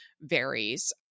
varies